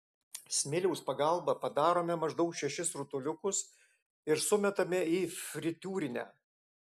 smiliaus pagalba padarome maždaug šešis rutuliukus ir sumetame į fritiūrinę